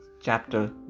Chapter